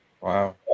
Wow